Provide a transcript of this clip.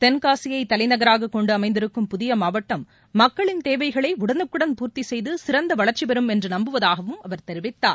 தென்காசியைதலைநகராககொண்டுஅமைந்திருக்கும் மக்களின் புதியமாவட்டம் தேவைகளைஉடனுக்குடன் பூர்த்திசெய்து சிறந்தவளர்ச்சிபெறும் என்றுநம்புவதாகவும் அவர் தெரிவித்தார்